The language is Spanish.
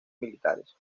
militares